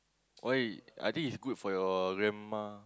why I think is good for your grandma